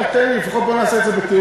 רק תן לי לפחות, בוא נעשה את זה בתיאום.